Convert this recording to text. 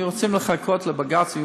ירצו לחכות לבג"ץ,